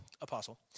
apostle